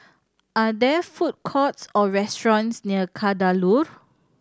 are there food courts or restaurants near Kadaloor